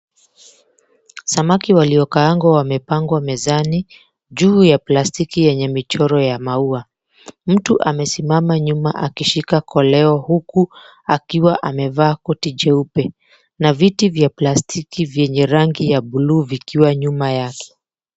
Samaki waliokaangwa wamepangwa mezani, juu ya plastiki yenye michoro ya maua. Mtu amesimama nyuma akishika koleo huku akiwa amevaa koti cheupe na viti vya plastiki vyenye rangi ya blue vikiwa nyuma yake.